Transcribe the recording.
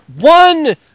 one